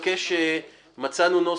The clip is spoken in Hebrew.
המשפטיים של סעיף 7,